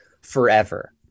forever